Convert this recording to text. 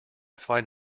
find